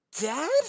Dad